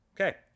Okay